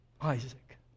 Isaac